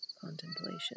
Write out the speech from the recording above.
contemplation